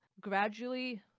gradually